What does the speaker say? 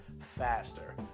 faster